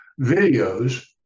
videos